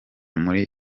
muri